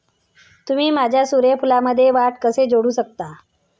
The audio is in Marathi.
तुम्ही माझ्या सूर्यफूलमध्ये वाढ कसे जोडू शकता?